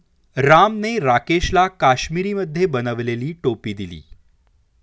रामने राकेशला काश्मिरीमध्ये बनवलेली टोपी दिली